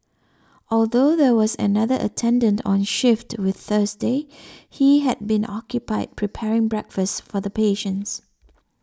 although there was another attendant on shift with Thursday he had been occupied preparing breakfast for the patients